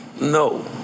No